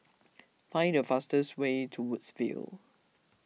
find the fastest way to Woodsville